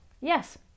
yes